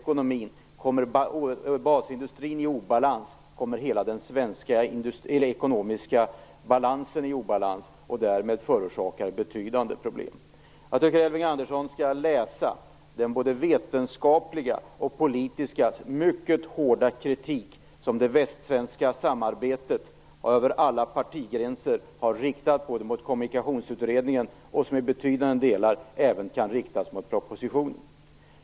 Kommer basindustrin i obalans, kommer hela den svenska ekonomin i obalans genom den tyngd de har i ekonomin. Detta skulle förorsaka betydande problem. Jag tycker att Elving Andersson skall läsa den mycket hårda vetenskapliga och politiska kritik som det västsvenska samarbetet över alla partigränser har riktat mot kommunikationsutredningen, och som även i betydande delar kan riktas mot propositionen.